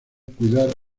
cuidar